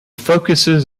focuses